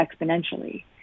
exponentially